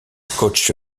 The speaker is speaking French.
coach